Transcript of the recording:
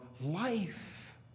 life